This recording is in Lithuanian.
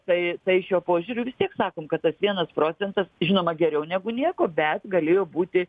tai tai šiuo požiūriu vis tiek sakom kad tas vienas procentas žinoma geriau negu nieko bet galėjo būti